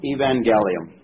Evangelium